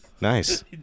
Nice